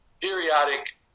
periodic